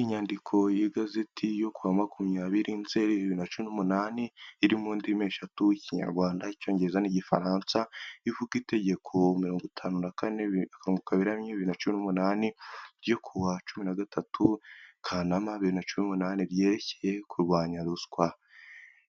Inyandiko y'igazeti yo kuwa makumyabiri Nzeri bibiri na cumi n'umunani iri mu ndimi eshatu Ikinyarwanda, Icyongereza n'Igifaransa ivuga itegeko mirongo itanu na kane akarongo kaberamye biribiri na cumi n'umunani ryo kuwa cumi na gatatu Kanama bibiri na cumi n'umunani ryerekeye kurwanya ruswa.